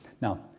Now